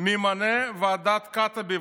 ממנה את ועדת קעטבי,